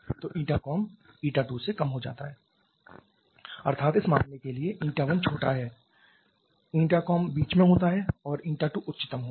तो ηComb η2 से कम हो जाता है अर्थात इस मामले के लिए η1 छोटा है ηComb बीच में होता है और η2 उच्चतम होता है